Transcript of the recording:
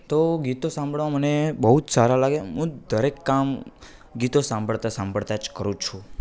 તો ગીતો સાંભળવા મને બહુ જ સારા લાગે મું દરેક કામ ગીતો સાંભળતાં સાંભળતાં જ કરું છું